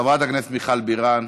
חברת הכנסת מיכל בירן,